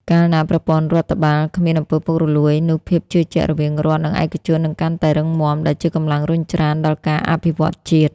កាលណាប្រព័ន្ធរដ្ឋបាលគ្មាន អំពើពុករលួយ នោះភាពជឿជាក់រវាងរដ្ឋ និងឯកជននឹងកាន់តែរឹងមាំ ដែលជាកម្លាំងរុញច្រានដល់ការអភិវឌ្ឍជាតិ។